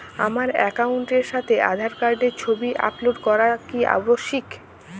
আমার অ্যাকাউন্টের সাথে আধার কার্ডের ছবি আপলোড করা কি আবশ্যিক?